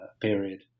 period